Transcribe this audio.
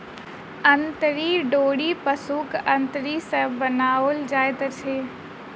अंतरी डोरी पशुक अंतरी सॅ बनाओल जाइत अछि